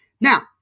Now